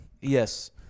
Yes